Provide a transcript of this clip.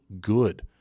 good